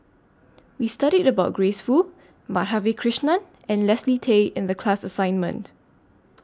We studied about Grace Fu Madhavi Krishnan and Leslie Tay in The class assignment